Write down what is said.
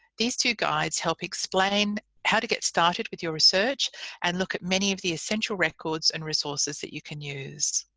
these two guides help explain how to get started with your research and look at many of the essential records and resources that you can use.